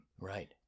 Right